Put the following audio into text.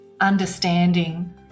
understanding